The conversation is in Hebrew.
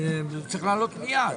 לגמרי.